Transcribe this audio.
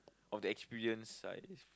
of the experience I